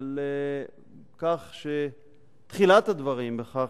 על כך שתחילת הדברים בכך